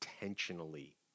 intentionally